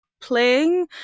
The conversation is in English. playing